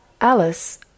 Alice